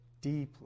deeply